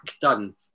done